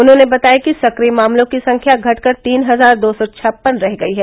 उन्होंने बताया कि सक्रिय मामलों की संख्या घटकर तीन हजार दो सौ छप्पन रह गयी है